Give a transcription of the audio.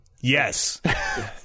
Yes